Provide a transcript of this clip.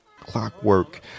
Clockwork